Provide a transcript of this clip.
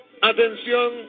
atención